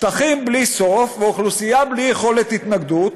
שטחים בלי סוף ואוכלוסייה בלי יכולת התנגדות,